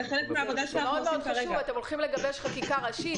זה מאוד חשוב, כי אתם הולכים לגבש חקיקה ראשית.